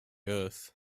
earth